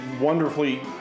wonderfully